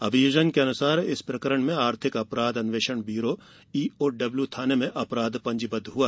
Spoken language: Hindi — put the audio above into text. अभियोजन के अनुसार इस प्रकरण में आर्थिक अपराध अन्वेषण ब्यूरो ईओडब्ल्यू थाने में अपराध पंजीबद्द हुआ